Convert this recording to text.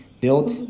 built